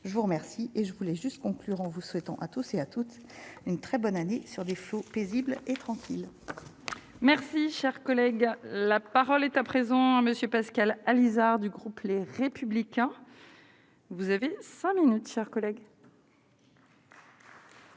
je vous remercie et je voulais juste conclure en vous souhaitant à tous et à toutes une très bonne année sur des flots paisible et tranquille. Merci, cher collègue, la parole est à présent Monsieur Pascal Alizart du groupe, les républicains, vous avez ça nous nous chers collègues.